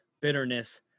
bitterness